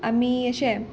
आमी एशें